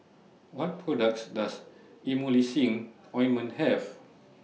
What products Does Emulsying Ointment Have